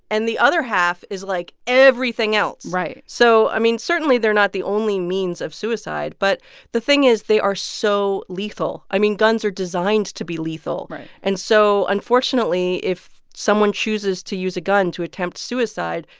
and the other half is like everything else right so i mean, certainly, they're not the only means of suicide. but the thing is they are so lethal. i mean, guns are designed to be lethal right and so, unfortunately, if someone chooses to use a gun to attempt suicide,